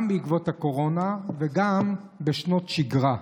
גם בעקבות הקורונה וגם בשנות שגרה.